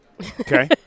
Okay